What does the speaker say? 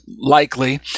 likely